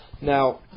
Now